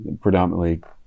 predominantly